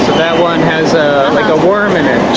that one has like a worm in it.